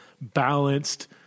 balanced